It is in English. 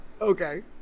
Okay